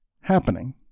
happening